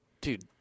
dude